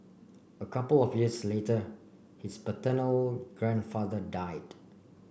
a couple of years later his paternal grandfather died